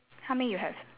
how many you have